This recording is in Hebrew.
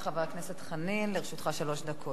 לא, בבקשה, חבר הכנסת חנין, לרשותך שלוש דקות.